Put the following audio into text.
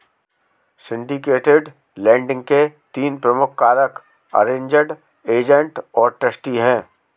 syndicated lending के तीन प्रमुख कारक अरेंज्ड, एजेंट और ट्रस्टी हैं